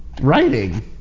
writing